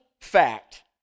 fact